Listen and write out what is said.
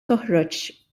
toħroġ